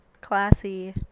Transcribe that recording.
classy